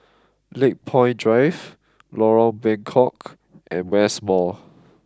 Lakepoint Drive Lorong Bengkok and West Mall